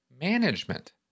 management